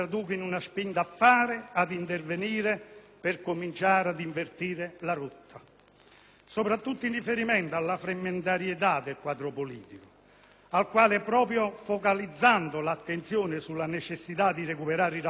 soprattutto in riferimento alla frammentarietà del quadro politico, alla quale, proprio focalizzando l'attenzione sulla necessità di recuperare il rapporto tra elettori ed eletti, tra eletti e territorio, vanno posti degli argini.